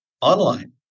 online